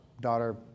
daughter